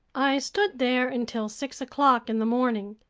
i stood there until six o'clock in the morning,